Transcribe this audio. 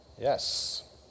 Yes